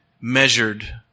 measured